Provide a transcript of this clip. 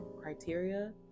criteria